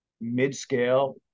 mid-scale